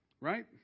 right